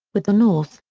with the north,